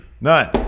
None